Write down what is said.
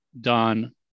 done